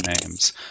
names